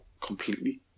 completely